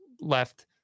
left